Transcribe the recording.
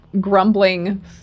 grumbling